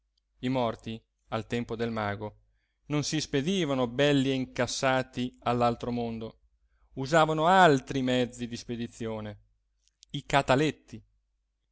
i morti al tempo del mago non si spedivano belli e incassati all'altro mondo usavano altri mezzi di spedizione i cataletti